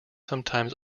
sometimes